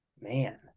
Man